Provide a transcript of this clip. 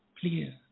clear